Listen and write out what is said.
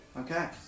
Okay